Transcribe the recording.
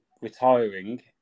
retiring